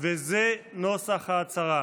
וזה נוסח ההצהרה: